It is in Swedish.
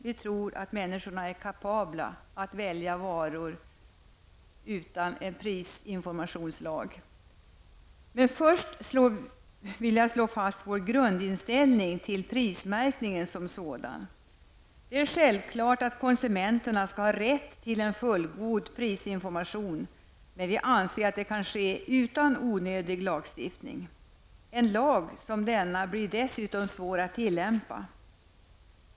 Vi tror att människor är kapabla att välja varor utan en prisinformationslag. Låt mig först slå fast vår grundinställning till prismärkningen som sådan. Det är självklart att konsumenterna skall ha rätt till en fullgod prisinformation, men vi anser att det kan ske utan onödig lagstiftning. En lag som denna blir dessutom svår att tillämpa.